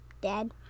Dad